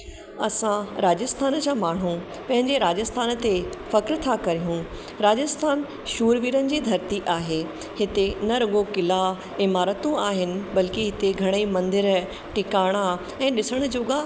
असां राजस्थान जा माण्हू पंहिंजे राजस्थान ते फ़ख़्रु था कयूं राजस्थान शूरवीरनि जी धरती आहे हिते न रुॻो क़िला इमारतूं आहिनि बल्कि हिते घणेई मंदर टिकाणा ऐं ॾिसण जोॻा